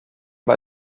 bei